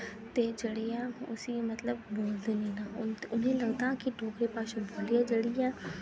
ते जेह्ड़ी ऐ उस्सी मतलब बोलदे नेईं न उ'नें गी लगदा कि डोगरी भाशा बड़ी जेह्ड़ी ऐ